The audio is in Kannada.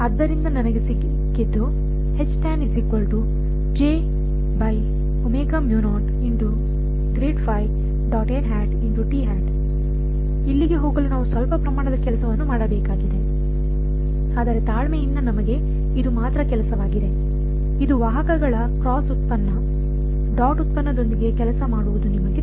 ಆದ್ದರಿಂದ ನನಗೆ ಸಿಕ್ಕಿದ್ದು ಇಲ್ಲಿಗೆ ಹೋಗಲು ನಾವು ಸ್ವಲ್ಪ ಪ್ರಮಾಣದ ಕೆಲಸವನ್ನು ಮಾಡಬೇಕಾಗಿದೆ ಆದರೆ ತಾಳ್ಮೆಯಿಂದ ನಮಗೆ ಇದು ಮಾತ್ರ ಕೆಲಸವಾಗಿದೆ ಇದು ವಾಹಕಗಳ ಕ್ರಾಸ್ ಉತ್ಪನ್ನ ಡಾಟ್ ಉತ್ಪನ್ನದೊಂದಿಗೆ ಕೆಲಸ ಮಾಡುವುದು ನಿಮಗೆ ತಿಳಿದಿದೆ